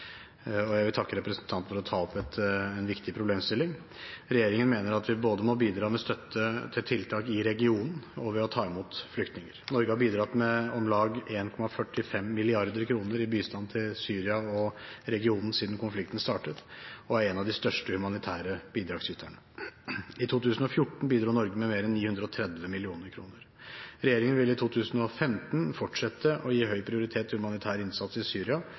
Jeg vil takke representanten for å ta opp en viktig problemstilling. Regjeringen mener at vi må bidra både med støtte til tiltak i regionen og ved å ta imot flyktninger. Norge har bidratt med om lag 1,45 mrd. kr i bistand til Syria og regionen siden konflikten startet, og er en av de største humanitære bidragsyterne. I 2014 bidro Norge med mer enn 930 mill. kr. Regjeringen vil i 2015 fortsette å gi høy prioritet til humanitær innsats i Syria